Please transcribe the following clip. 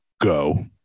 go